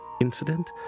incident